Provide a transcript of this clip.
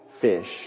fish